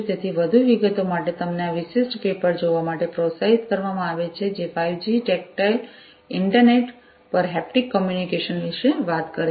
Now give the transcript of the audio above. તેથી વધુ વિગતો માટે તમને આ વિશિષ્ટ પેપર જોવા માટે પ્રોત્સાહિત કરવામાં આવે છે જે ફાઇવ જી ટેક્ટાઇલ ઇન્ટરનેટ પર હેપ્ટિક કમ્યુનિકેશન વિશે વાત કરે છે